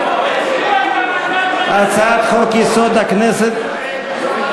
תחזירו את המנדט למצביעים,